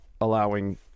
allowing